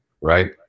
Right